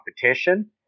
competition